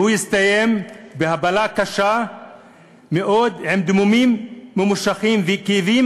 והוא יסתיים בהפלה קשה מאוד עם דימומים ממושכים וכאבים